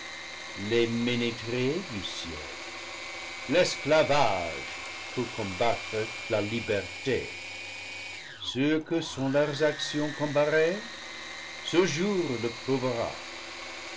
les ménétriers du ciel l'esclavage pour combattre la liberté ce que sont leurs actions comparées ce jour le